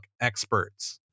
experts